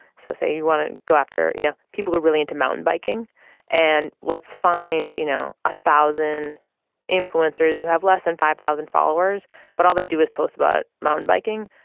so say you want to go after you know people are really into mountain biking and let's find you know a thousand influencers who have less than five thousand followers but all they do is post about mountain biking.